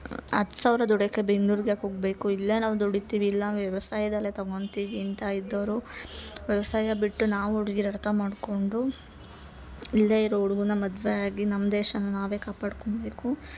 ಹತ್ತು ಸಾವಿರ ದುಡಿಯಕೆ ಬೆಂಗ್ಳುರ್ಗೆ ಯಾಕೆ ಹೋಗಬೇಕು ಇಲ್ಲೇ ನಾವು ದುಡಿತೀವಿ ಇಲ್ಲಾ ವ್ಯವಸಾಯದಲ್ಲೆ ತಗೊಂತಿವಿ ಇಂತಾ ಇದ್ದವರು ವ್ಯವಸಾಯ ಬಿಟ್ಟು ನಾವು ಹುಡ್ಗೀರು ಅರ್ಥ ಮಾಡ್ಕೊಂಡು ಇಲ್ಲೇ ಇರೋ ಹುಡ್ಗುನ ಮದ್ವೆ ಆಗಿ ನಮ್ಮ ದೇಶನ ನಾವೇ ಕಾಪಾಡ್ಕೊಬೇಕು